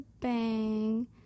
bang